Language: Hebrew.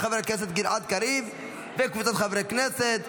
של חבר הכנסת גלעד קריב וקבוצת חברי הכנסת.